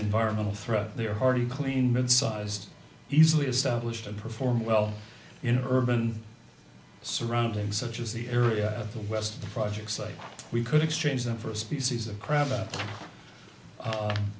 environmental threat they are already clean mid sized easily established and perform well in urban surroundings such as the area of the west of the projects like we can exchange them for a species of